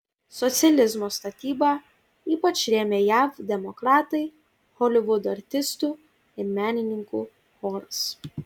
socializmo statybą ypač rėmė jav demokratai holivudo artistų ir menininkų choras